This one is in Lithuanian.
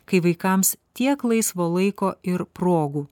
kai vaikams tiek laisvo laiko ir progų